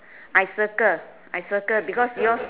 I circle I circle because yours